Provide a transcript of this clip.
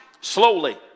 Slowly